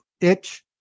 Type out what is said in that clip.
itch